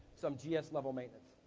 some gs-level maintenance.